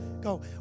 go